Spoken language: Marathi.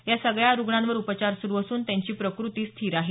या सगळ्या रुग्णांवर उपचार सुरु असून त्यांची प्रकृती स्थिर आहे